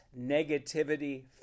Negativity